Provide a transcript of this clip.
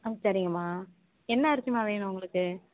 ஆ சரிங்கம்மா என்ன அரிசிம்மா வேணும் உங்களுக்கு